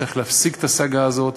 צריך להפסיק את הסאגה הזאת.